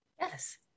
Yes